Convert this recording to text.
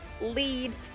lead